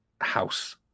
house